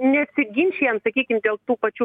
nesiginčijant sakykim dėl tų pačių